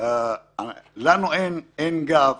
אולי במקום לספר לנו את זה שיגיד לנו כמה כסף